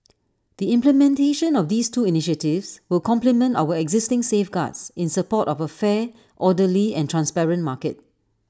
the implementation of these two initiatives will complement our existing safeguards in support of A fair orderly and transparent market